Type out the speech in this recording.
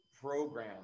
program